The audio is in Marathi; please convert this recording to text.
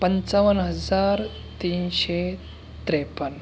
पंचावन्न हजार तीनशे त्रेपन्न